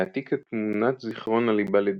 להעתיק את תמונת זיכרון הליבה לדיסק,